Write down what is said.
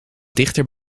dichter